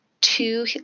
Two